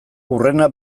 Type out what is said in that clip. hurrena